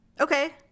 Okay